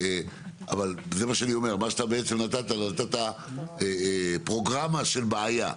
אתה נתת פרוגרמה של בעיה,